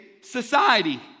society